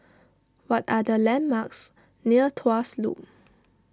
what are the landmarks near Tuas Loop